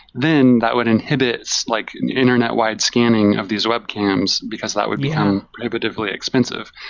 then that would inhibit so like and internet-wide scanning of these webcams, because that would become prohibitively expensive.